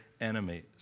enemies